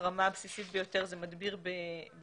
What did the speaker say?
הרמה הבסיסית ביותר זה מדביר בדירות,